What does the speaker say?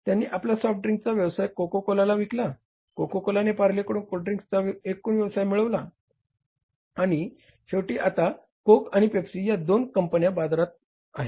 त्यांनी आपला सॉफ्ट ड्रिंकचा व्यवसाय कोका कोलाला विकला कोका कोलाने पार्लकडून कोल्डड्रिंक्सचा एकूण व्यवसाय मिळविला आणि शेवटी आता कोक आणि पेप्सी या दोन कंपन्या बाजारात आहेत